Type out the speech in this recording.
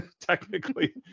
technically